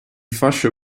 fascio